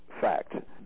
fact